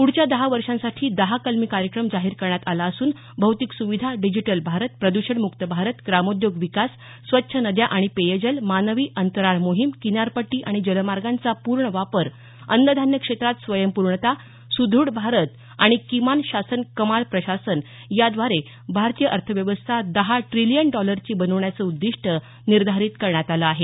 पुढच्या दहा वर्षांसाठी दहा कलमी कार्यक्रम जाहीर करण्यात आला असून भौतिक सुविधा डिजिटल भारत प्रद्षण मुक्त भारत ग्रामोद्योग विकास स्वच्छ नद्या आणि पेयजल मानवी अंतराळ मोहीम किनारपट्टी आणि जलमार्गांचा पूर्ण वापर अन्न धान्य क्षेत्रात स्वयंपूर्णता सुद्रढ भारत आणि किमान शासन कमाल प्रशासन या द्वारे भारतीय अर्थव्यवस्था दहा ट्रिलियन डॉलरची बनवण्याचं उद्दीष्ट निर्धारित करण्यात आलं आहे